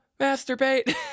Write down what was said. masturbate